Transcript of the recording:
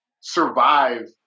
survive